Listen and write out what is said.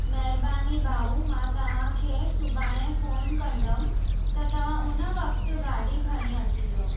महिरबानी भाउ मां तव्हांखे सुभाणे फ़ोन कंदमि त तव्हां उन वक़्तु गाॾी खणी अचिजो